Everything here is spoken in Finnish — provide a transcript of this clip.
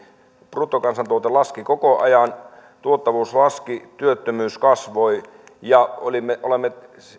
bruttokansantuote laski koko ajan tuottavuus laski työttömyys kasvoi niin olemme